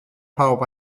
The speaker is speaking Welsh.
pawb